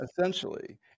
essentially